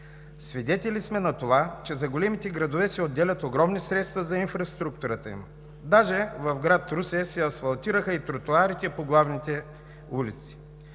Свидетели сме на това, че за големите градове се отделят огромни средства за инфраструктурата им. Даже в град Русе се асфалтираха и тротоарите по главните улици.